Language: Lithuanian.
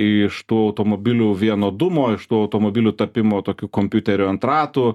iš tų automobilių vienodumo iš to automobilių tapimo tokiu kompiuteriu ant ratų